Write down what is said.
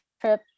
trip